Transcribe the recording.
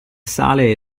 sale